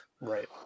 right